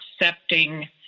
accepting